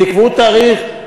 תקבעו תאריך,